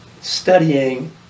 studying